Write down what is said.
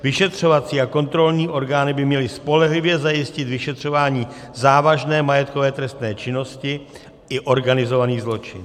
Vyšetřovací a kontrolní orgány by měly spolehlivě zajistit vyšetřování závažné majetkové trestné činnosti i organizovaný zločin.